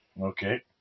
Okay